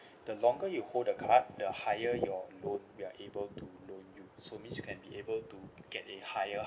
the longer you hold the card the higher your loan you are able to loan you so means you can be able to get a higher